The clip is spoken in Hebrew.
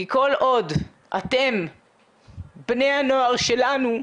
כי כל עוד אתם בני הנוער שלנו,